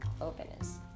openness